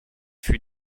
fut